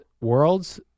world's